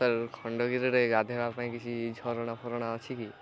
sir ଖଣ୍ଡଗିରିରେ ଗାଧେଇବା ପାଇଁ କିଛି ଝରଣା ଫରଣା ଅଛି କି